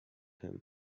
him